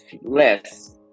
less